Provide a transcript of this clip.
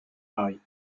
marie